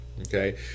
Okay